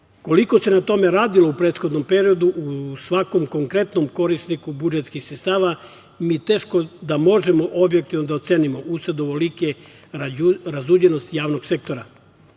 se na tome radilo u prethodnom periodu o svakom konkretnom korisniku budžetskih sredstava, mi teško da možemo objektivno da ocenimo, usled ovolike razuđenosti javnog sektora.